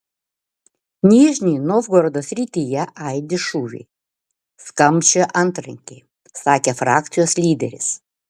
nižnij novgorodo srityje aidi šūviai skambčioja antrankiai sakė frakcijos lyderis